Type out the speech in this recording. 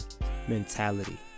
Mentality